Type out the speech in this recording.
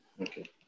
Okay